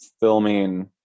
filming